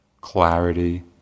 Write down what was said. clarity